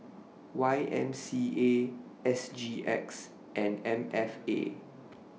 Y M C A S G X and M F A